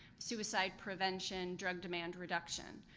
suicide prevention, drug demand reduction.